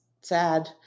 sad